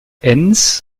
enns